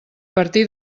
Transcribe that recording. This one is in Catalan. partir